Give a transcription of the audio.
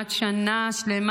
כמעט שנה שלמה,